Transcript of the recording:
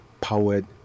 powered